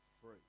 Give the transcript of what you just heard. free